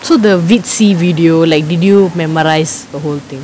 so the vitsy video like did you memorise the whole thing